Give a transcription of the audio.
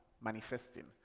manifesting